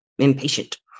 impatient